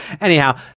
Anyhow